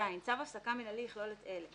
צו הפסקה מינהלי יכלול את כל אלה: